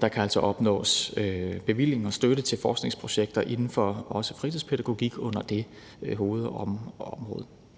Der kan altså opnås bevilling og støtte til forskningsprojekter inden for også fritidspædagogik under det hovedområde.